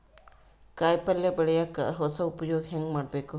ಕಾಯಿ ಪಲ್ಯ ಬೆಳಿಯಕ ಹೊಸ ಉಪಯೊಗ ಹೆಂಗ ಮಾಡಬೇಕು?